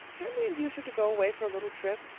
can't we induce her to go away for a little trip?